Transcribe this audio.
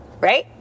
Right